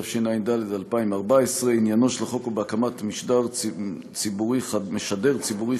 התשע"ד 2014. עניינו של החוק הוא הקמת משדר ציבורי חדש,